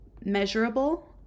measurable